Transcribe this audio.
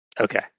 Okay